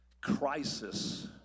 crisis